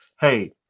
hey